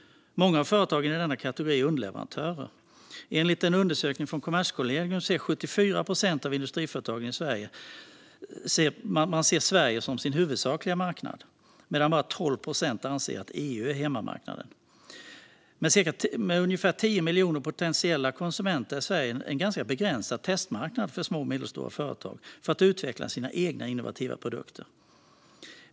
Många av företagen i denna kategori är underleverantörer. Enligt en undersökning från Kommerskollegium ser 74 procent av industriföretagen Sverige som sin huvudsakliga marknad, medan bara 12 procent anser att EU är hemmamarknaden. Med ungefär 10 miljoner potentiella konsumenter är Sverige en ganska begränsad testmarknad för små och medelstora företag för att utveckla egna innovativa produkter.